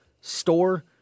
store